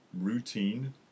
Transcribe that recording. routine